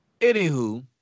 Anywho